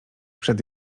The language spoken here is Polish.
przed